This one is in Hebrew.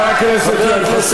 חבר הכנסת יואל חסון,